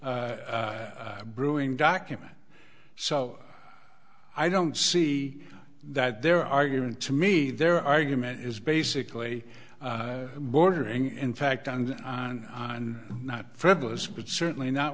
brewing document so i don't see that their argument to me their argument is basically bordering in fact and on and on not frivolous but certainly not